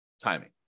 timing